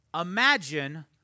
Imagine